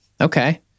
Okay